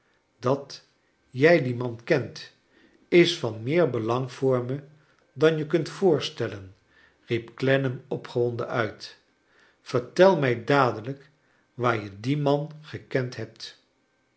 dat jij dien man kent is van meer belang voor me dan je je kunt voorstellen riep clennam opgewonden uit vertel mij dadelrjk waar je dien man gekend hebt